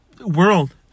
world